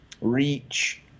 reach